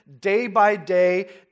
day-by-day